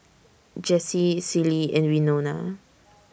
Jessie Celie and Winona